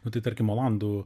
nu tai tarkim olandų